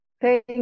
Thank